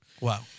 Wow